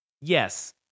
yes